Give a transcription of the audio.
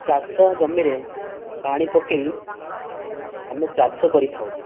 ଚାଷ ଜମିରେ ପାଣି ପକାଇ ଆମେ ଚାଷ କରିଥାଉ